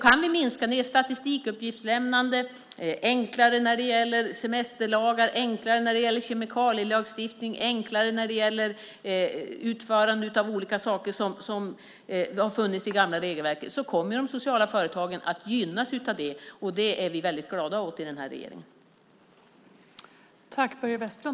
Kan vi minska statistikuppgiftslämnandet, göra det enklare när det gäller semesterlagar, göra det enklare när det gäller kemikalielagstiftning och utförande av olika saker som har funnits i det gamla regelverket kommer de sociala företagen att gynnas av det. Det är vi väldigt glada åt i den här regeringen.